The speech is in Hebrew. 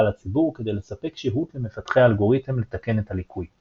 הציבור כדי לספק שהות למפתחי האלגוריתם לתקן את הליקוי.